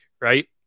right